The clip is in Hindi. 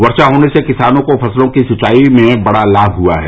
वर्षा होने से किसानों को फसलों की सिंचाई में बड़ा लाभ हुआ है